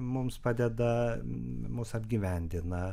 mums padeda mus apgyvendina